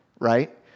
right